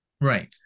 right